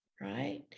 right